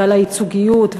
ועל הייצוגיות,